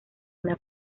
una